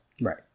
Right